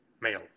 male